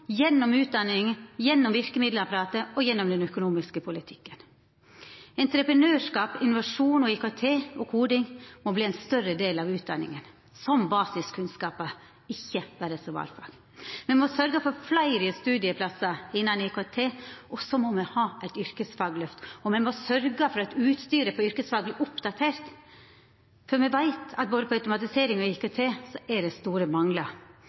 gjennom utdaning, gjennom verkemiddelapparatet og gjennom den økonomiske politikken. Entreprenørskap, innovasjon, IKT og koding må verta ein større del av utdaninga – som basiskunnskapar, ikkje berre som valfag. Me må sørgja for fleire studieplassar innan IKT, og me må ha eit yrkesfagløft – og me må sørgja for at utstyret på yrkesfag er oppdatert, for me veit at når det gjeld både automatisering og IKT, er det store manglar.